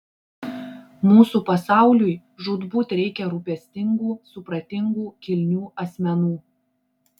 mūsų pasauliui žūtbūt reikia rūpestingų supratingų kilnių asmenų